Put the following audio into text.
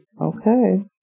Okay